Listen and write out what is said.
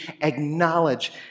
acknowledge